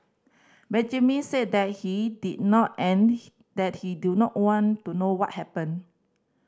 Benjamin said that he did not and that he do not know one to know what happened